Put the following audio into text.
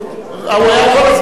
הוא היה כל הזמן פה בכלל.